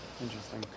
Interesting